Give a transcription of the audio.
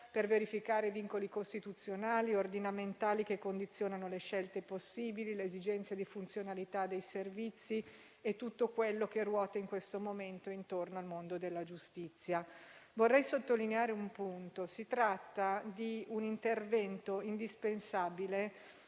per verificare vincoli costituzionali e ordinamentali che condizionano le scelte possibili, le esigenze di funzionalità dei servizi e tutto quello che, in questo momento, ruota intorno al mondo della giustizia. Vorrei sottolineare un punto. Si tratta di un intervento indispensabile